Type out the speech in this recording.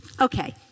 Okay